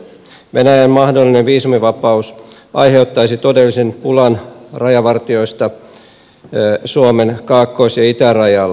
venäjän mahdollinen viisumivapaus aiheuttaisi todellisen pulan rajavartijoista suomen kaakkois ja itärajalla